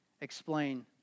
explain